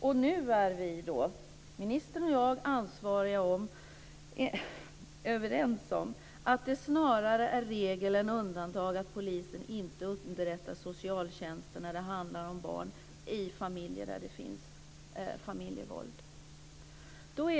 Och nu är ministern och jag överens om att det snarare är regel än undantag att polisen inte underrättar socialtjänsten när det handlar om barn i familjer där det finns familjevåld.